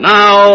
now